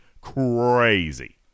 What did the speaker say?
crazy